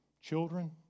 Children